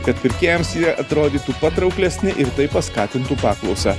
kad pirkėjams jie atrodytų patrauklesni ir tai paskatintų paklausą